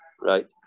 right